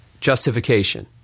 justification